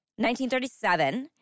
1937